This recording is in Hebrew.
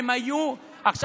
עכשיו,